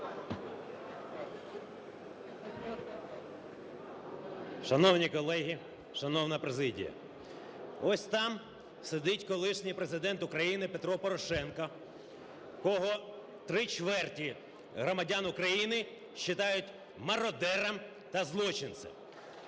Шановні колеги, шановна президія, ось там сидить колишній Президент України Петро Порошенко, якого три чверті громадяни України считают мародером та злочинцем.